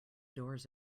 doors